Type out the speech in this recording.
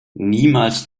niemals